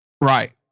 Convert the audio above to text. Right